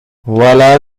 voilà